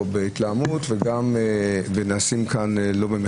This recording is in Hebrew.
בהתלהמות ולא במחטפים,